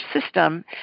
system